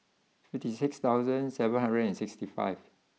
fifty six thousand seven hundred and sixty five